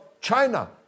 China